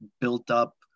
built-up